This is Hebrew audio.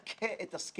אני אומר לך,